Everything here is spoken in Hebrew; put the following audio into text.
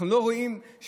אנחנו גם לא רואים שלומדים.